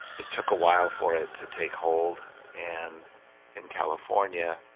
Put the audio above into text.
it took a while for it to take hold and in california